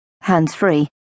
hands-free